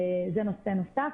זה נושא נוסף.